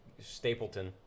Stapleton